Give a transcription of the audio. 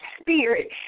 Spirit